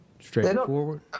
Straightforward